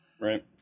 Right